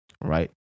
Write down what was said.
right